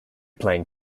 playing